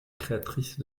créatrice